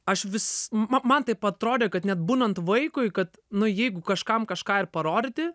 aš vis ma man taip atrodė kad net būnant vaikui kad nu jeigu kažkam kažką ir parodyti